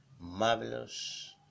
marvelous